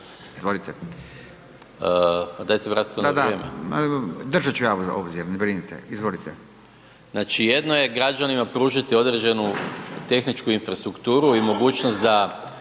Izvolite./… pa dajte vratite onda vrijeme …/Upadica: Da, da, držat ću ja obzir, ne brinite, izvolite./… znači jedno je građanima pružiti određenu tehničku infrastrukturu i mogućnost da